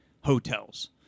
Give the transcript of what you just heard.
hotels